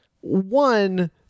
One